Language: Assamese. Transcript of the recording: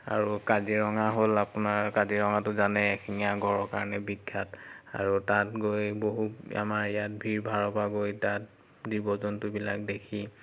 আৰু কাজিৰঙা হ'ল আপোনাৰ কাজিৰঙাতো জানেই এশিঙীয়া গড়ৰ কাৰণে বিখ্যাত আৰু তাত গৈ বহুত আমাৰ ইয়াত ভিৰ ভাৰৰ পৰা গৈ তাত জীৱ জন্তুবিলাক দেখি